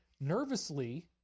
nervously